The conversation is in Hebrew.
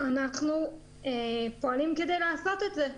אנחנו פועלים כדי לעשות את זה.